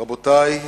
רבותי,